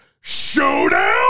showdown